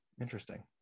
interesting